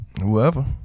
Whoever